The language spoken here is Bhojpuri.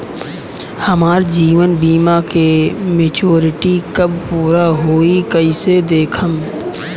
हमार जीवन बीमा के मेचीयोरिटी कब पूरा होई कईसे देखम्?